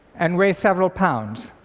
and weigh several pounds.